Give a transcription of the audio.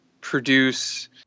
produce